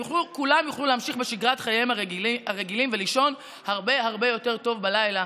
כולם יוכלו להמשיך בשגרת חייהם הרגילה ולישון הרבה הרבה יותר טוב בלילה.